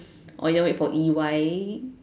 or you want to wait for E_Y